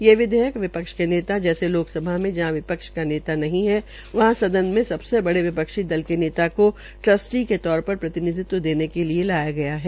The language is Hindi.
ये विधेयक वि क्ष के नेता जैसे लोकसभा मे जहां वि क्ष का नेता नहीं है वहां सदन में सबसे बड़े वि क्षी दल के नेता को ट्रस्टी के तौर र प्रतिनिधित्व देने के लिये लाया गया है